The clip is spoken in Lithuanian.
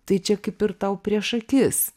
tai čia kaip ir tau prieš akis